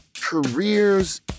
careers